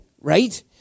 right